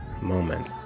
moment